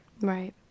Right